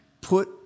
put